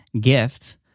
gift